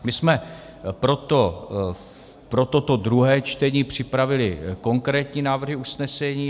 My jsme pro toto druhé čtení připravili konkrétní návrhy usnesení.